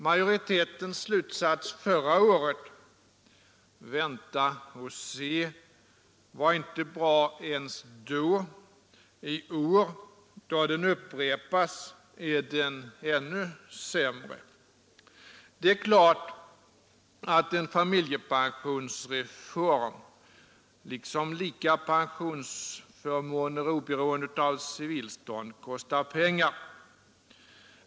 Majoritetens slutsats förra året — ”vänta och se” — var inte bra ens då. I år, då den upprepas, är den ännu sämre. Det är klart att en familjepensionsreform liksom lika pensionsförmåner oberoende av civilstånd kostar pengar.